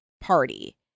party